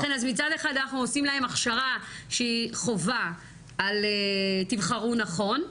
לכן מצד אחד אנחנו עושים להם הכשרה שהיא חובה על תבחרו נכון,